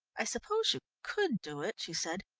i suppose you could do it, she said,